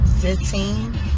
fifteen